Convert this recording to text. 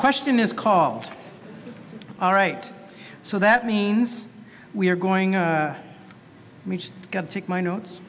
question is called all right so that means we are going got to take my notes